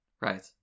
Right